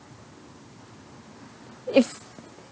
if